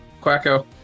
Quacko